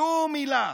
שום מילה.